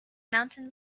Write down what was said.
mountain